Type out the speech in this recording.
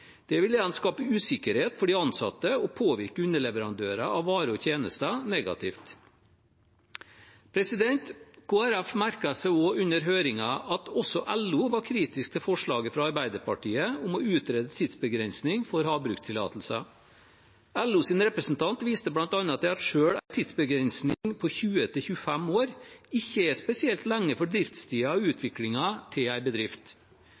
Det vil igjen skape usikkerhet for de ansatte og påvirke underleverandører av varer og tjenester negativt. Kristelig Folkeparti merket seg under høringen at også LO var kritisk til forslaget fra Arbeiderpartiet om å utrede tidsbegrensning for havbrukstillatelser. LOs representant viste bl.a. til at selv en tidsbegrensningsperiode på 20–25 år ikke er spesielt lenge for driftstiden og utviklingen til en bedrift.